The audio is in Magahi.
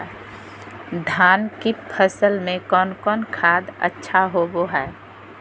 धान की फ़सल में कौन कौन खाद अच्छा होबो हाय?